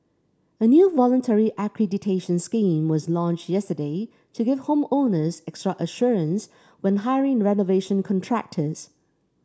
a new voluntary accreditation scheme was launched yesterday to give home owners extra assurance when hiring renovation contractors